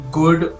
good